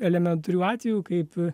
elementarių atvejų kaip